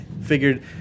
figured